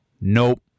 Nope